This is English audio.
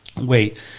wait